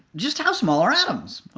just how small are atoms?